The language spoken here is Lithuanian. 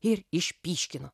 ir išpyškino